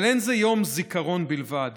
אבל אין זה יום זיכרון בלבד